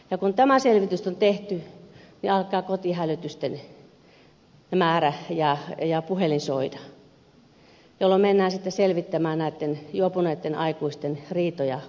ja kun tämä selvitys on tehty alkaa kotihälytysten määrä lisääntyä ja puhelin soida jolloin mennään sitten selvittämään näitten juopuneitten aikuisten riitoja koteihin